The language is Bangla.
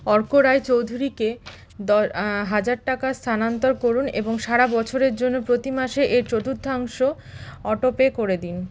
অর্ক রায়চৌধুরীকে দ হাজার টাকা স্থানান্তর করুন এবং সারা বছরের জন্য প্রতি মাসে এর চতুর্থাংশ অটোপে করে দিন